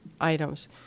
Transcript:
items